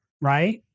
Right